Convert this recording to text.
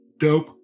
Dope